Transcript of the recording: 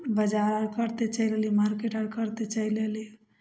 बजार करिते चलि अएलहुँ मार्केट आओर करिते चलि अएलहुँ